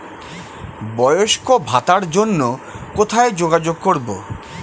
বয়স্ক ভাতার জন্য কোথায় যোগাযোগ করব?